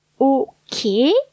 Okay